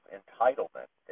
entitlement